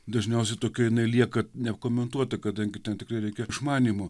dažniausiai tokia jinai lieka nekomentuota kadangi ten tikrai reikia išmanymo